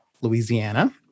Louisiana